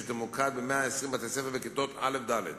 שתמוקד בכיתות א' ד'